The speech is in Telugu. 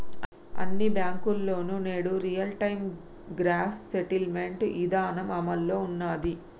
అన్ని బ్యేంకుల్లోనూ నేడు రియల్ టైం గ్రాస్ సెటిల్మెంట్ ఇదానం అమల్లో ఉన్నాది